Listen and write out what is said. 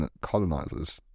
colonizers